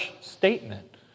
statement